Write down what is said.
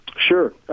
sure